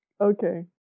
Okay